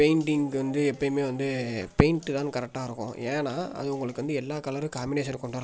பெயிண்டிங்க்கு வந்து எப்போயுமே வந்து பெயிண்ட்டு தான் கரெக்டாக இருக்கும் ஏனால் அது உங்களுக்கு வந்து எல்லா கலரும் காம்பினேஷன் கொண்டு வரலாம்